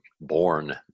born